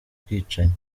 ubwicanyi